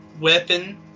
weapon